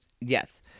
Yes